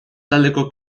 taldeko